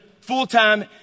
full-time